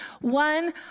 One